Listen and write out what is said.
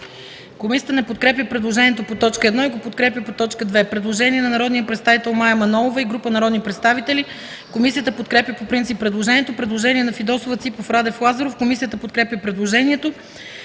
Комисията не подкрепя предложението по т. 1 и го подкрепя по т. 2. Предложение на народния представител Мая Манолова и група народни представители. Комисията подкрепя по принцип предложението. Предложение на народните представители Фидосова, Ципов, Радев и Лазаров. Комисията подкрепя предложението.